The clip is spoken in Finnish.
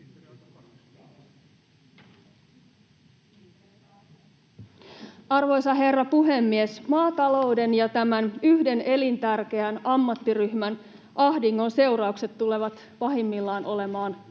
Arvoisa herra puhemies! Maatalouden ja tämän yhden elintärkeän ammattiryhmän ahdingon seuraukset tulevat pahimmillaan olemaan karmeita.